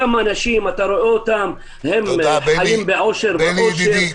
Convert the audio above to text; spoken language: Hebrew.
אותם אנשים אתה רואה אותם הם חיים באושר ועושר.